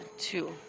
Two